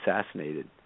assassinated